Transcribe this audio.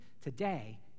Today